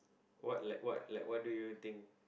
what like what like what do you think